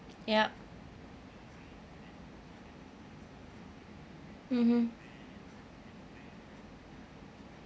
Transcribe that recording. yup mmhmm